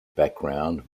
background